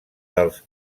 dels